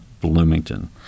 Bloomington